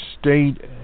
State